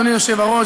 אדוני היושב-ראש,